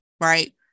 right